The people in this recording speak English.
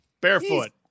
barefoot